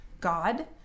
God